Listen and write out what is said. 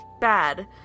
bad